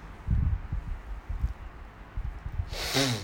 and